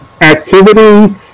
activity